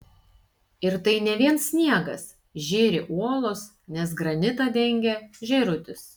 ir tai ne vien sniegas žėri uolos nes granitą dengia žėrutis